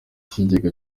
kigega